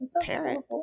parent